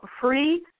free